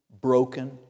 broken